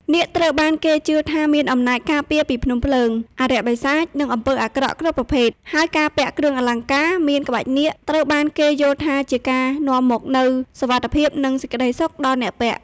នាគត្រូវបានគេជឿថាមានអំណាចការពារពីភ្នំភ្លើង អារក្សបិសាច និងអំពើអាក្រក់គ្រប់ប្រភេទ ហើយការពាក់គ្រឿងអលង្ការមានក្បាច់នាគ ត្រូវបានគេយល់ថាជាការនាំមកនូវ សុវត្ថិភាព និង សេចក្តីសុខ ដល់អ្នកពាក់។